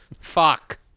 Fuck